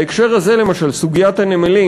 בהקשר הזה, למשל, סוגיית הנמלים,